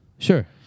Sure